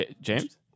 James